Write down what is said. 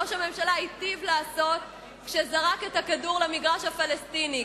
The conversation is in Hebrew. ראש הממשלה היטיב לעשות כשזרק את הכדור למגרש הפלסטיני,